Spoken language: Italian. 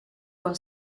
con